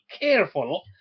careful